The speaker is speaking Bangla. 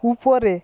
উপরে